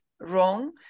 wrong